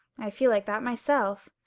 i feel like that myself.